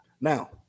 now